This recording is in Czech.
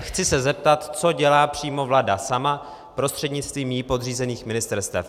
Chci se zeptat, co dělá přímo vláda sama prostřednictvím jí podřízených ministerstev.